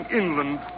inland